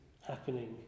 happening